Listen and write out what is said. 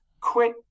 quit